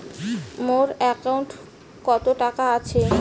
মোর একাউন্টত কত টাকা আছে?